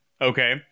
okay